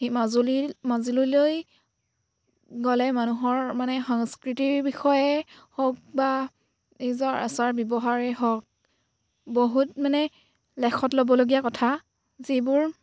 সি মাজুলী মাজুলীলৈ গ'লে মানুহৰ মানে সংস্কৃতিৰ বিষয়ে হওক বা নিজৰ আচাৰ ব্যৱহাৰে হওক বহুত মানে লেখত ল'বলগীয়া কথা যিবোৰ